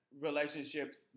relationships